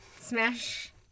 Smash